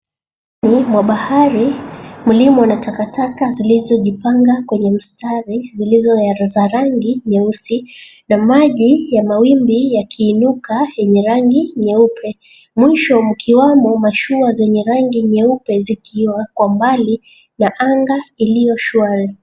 Ufuoni mwa bahari mlimo na takataka zilizojipanga kwenye mstari zilizo za rangi nyeusi na maji ya mawimbi yakiinuka yenye rangi nyeupe mwisho mkiwamo mashua zenye rangi nyeupe zikiwa kwa mbali na anga iliyoshwari.